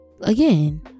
again